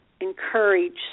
encourage